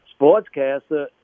sportscaster